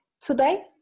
Today